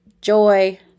joy